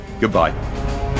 Goodbye